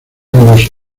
los